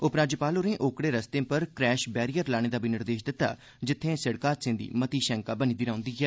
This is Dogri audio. मुरमू होरें ओकड़े रस्ते पर क्रैश बैरिअर लाने दा बी निर्देश दित्ता जित्थे सड़क हादसे दी मती शैंका बनी दी रौंह्दी ऐ